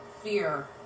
Fear